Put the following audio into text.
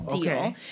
deal